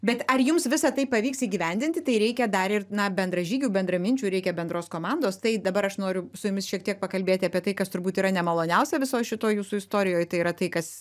bet ar jums visa tai pavyks įgyvendinti tai reikia dar ir na bendražygių bendraminčių reikia bendros komandos tai dabar aš noriu su jumis šiek tiek pakalbėti apie tai kas turbūt yra nemaloniausia visoj šitoj jūsų istorijoj tai yra tai kas